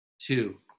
Two